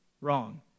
wrong